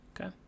okay